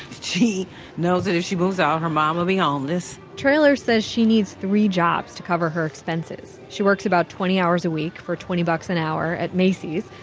she knows that if she moves out, her mom will be homeless. traylor said she needs three jobs to cover her expenses. she works about twenty hours a week, for twenty dollars an hour, at macy's.